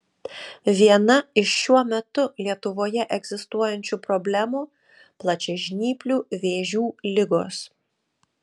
viena iš šiuo metu lietuvoje egzistuojančių problemų plačiažnyplių vėžių ligos